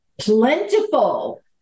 plentiful